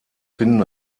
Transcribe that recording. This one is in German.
finden